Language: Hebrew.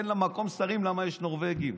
אין מקום לשרים למה יש נורבגים.